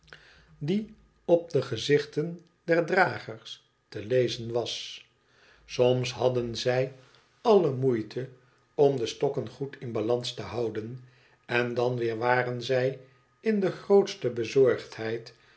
die op de gezichten der dragers te lezen was soms hadden zij alle moeite om de stokken goed in balans te houden en dan weer waren zij in de grootste bezorgdheid